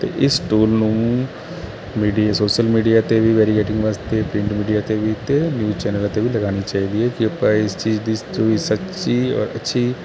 ਅਤੇ ਇਸ ਟੂਲ ਨੂੰ ਮੀਡੀਆ ਸੋਸ਼ਲ ਮੀਡੀਆ 'ਤੇ ਵੀ ਵਾਸਤੇ ਪ੍ਰਿੰਟ ਮੀਡੀਆ 'ਤੇ ਵੀ ਅਤੇ ਨਿਊਜ਼ ਚੈਨਲਾਂ 'ਤੇ ਵੀ ਲਗਾਉਣੀ ਚਾਹੀਦੀ ਹੈ ਕਿ ਆਪਾਂ ਇਸ ਚੀਜ਼ ਦੀ ਜੋ ਵੀ ਸੱਚੀ ਔਰ ਅੱਛੀ